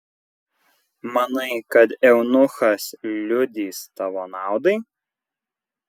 manai kad eunuchas liudys tavo naudai